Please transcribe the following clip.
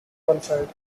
qualified